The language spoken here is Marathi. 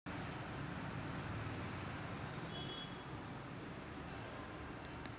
माया मोबाईल ॲपवर माया खात्यात किती पैसे उरले हाय हे नाही आलं